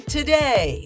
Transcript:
Today